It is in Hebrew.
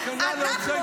אנחנו,